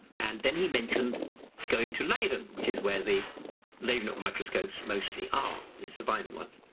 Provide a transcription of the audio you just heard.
and then he mentioned going to leiden, which is where the leeuwenhoek microscopes mostly are, the surviving ones.